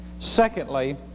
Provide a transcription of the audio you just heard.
Secondly